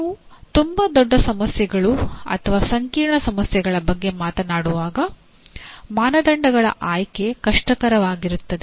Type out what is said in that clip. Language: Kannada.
ನೀವು ತುಂಬಾ ದೊಡ್ಡ ಸಮಸ್ಯೆಗಳು ಅಥವಾ ಸಂಕೀರ್ಣ ಸಮಸ್ಯೆಗಳ ಬಗ್ಗೆ ಮಾತನಾಡುವಾಗ ಮಾನದಂಡಗಳ ಆಯ್ಕೆ ಕಷ್ಟಕರವಾಗಿರುತ್ತದೆ